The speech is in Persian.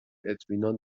اطمینان